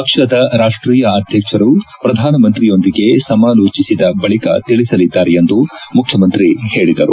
ಪಕ್ಷದ ರಾಷ್ಷೀಯ ಅಧ್ಯಕ್ಷರು ಪ್ರಧಾನಮಂತ್ರಿಯೊಂದಿಗೆ ಸಮಾಲೋಚಿಸಿದ ಬಳಿಕ ತಿಳಿಸಲಿದ್ದಾರೆ ಎಂದು ಮುಖ್ಖಮಂತ್ರಿ ಹೇಳದರು